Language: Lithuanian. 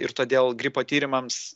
ir todėl gripo tyrimams